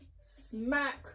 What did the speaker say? smack